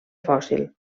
fòssil